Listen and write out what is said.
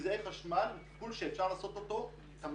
נזעי חשמל הוא טיפול שאפשר לעשות אותו תמיד.